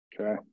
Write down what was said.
Okay